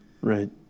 right